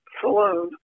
saloon